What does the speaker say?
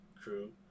crew